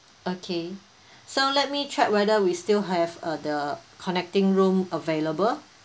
okay so let me check whether we still have uh the connecting room available